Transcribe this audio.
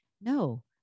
No